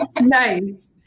Nice